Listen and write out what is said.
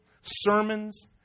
sermons